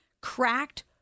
cracked